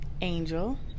angel